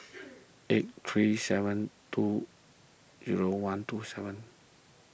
eight three seven two zero one two seven